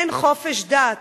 אין חופש דת.